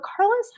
Carlos